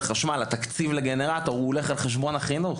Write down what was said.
התקציב לגנרטור הוא הולך על חשבון החינוך.